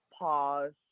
pause